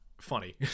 funny